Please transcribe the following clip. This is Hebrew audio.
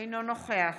אינו נוכח